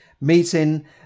meeting